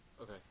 Okay